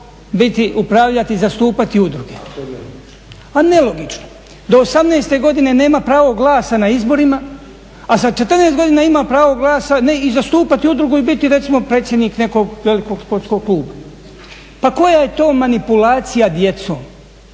biti, upravljati, zastupati udruge. A nelogično. Do 18 godine nema pravo glasa na izborima a sa 14 godina ima pravo glasa ne i zastupati udrugu i biti recimo predsjednik nekog velikog sportskog klupa. Pa koja je to manipulacija djecom?